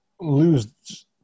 lose